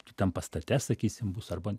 kitam pastate sakysim bus arba